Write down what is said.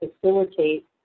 facilitate